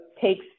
takes